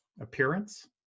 appearance